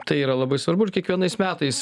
tai yra labai svarbu ir kiekvienais metais